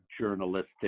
journalistic